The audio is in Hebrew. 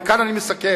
וכאן אני מסכם,